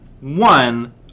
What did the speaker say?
One